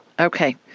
Okay